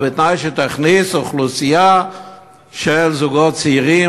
בתנאי שתכניס אוכלוסייה של זוגות צעירים,